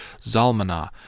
Zalmanah